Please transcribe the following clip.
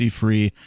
free